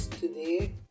Today